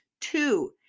two